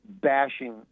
bashing